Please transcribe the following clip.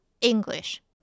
English